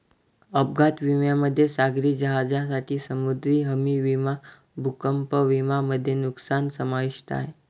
अपघात विम्यामध्ये सागरी जहाजांसाठी समुद्री हमी विमा भूकंप विमा मध्ये नुकसान समाविष्ट आहे